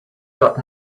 got